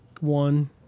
one